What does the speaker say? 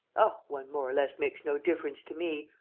oh, one more or less makes no difference to me!